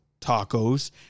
tacos